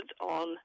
on